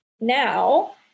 Now